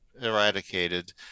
eradicated